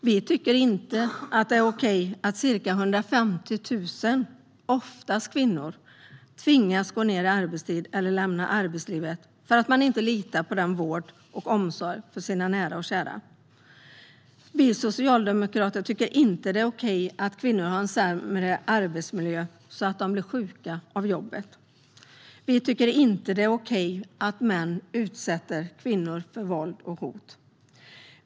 Vi tycker inte att det är okej att ca 150 000, oftast kvinnor, tvingas gå ned i arbetstid eller lämnar arbetslivet för att man inte litar på den vård och omsorg som finns för ens nära och kära. Vi socialdemokrater tycker inte att det är okej att kvinnor har en sämre arbetsmiljö så att de blir sjuka av jobbet. Vi tycker inte att det är okej att män utsätter kvinnor för våld och hot.